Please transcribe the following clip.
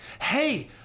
Hey